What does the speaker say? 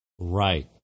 Right